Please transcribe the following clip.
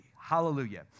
hallelujah